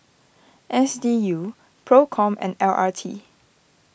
S D U Procom and L R T